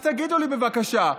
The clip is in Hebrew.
אז תגידו לי, בבקשה,